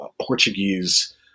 Portuguese